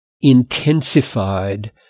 intensified